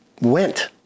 went